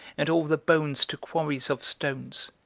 and all the bones to quarries of stones,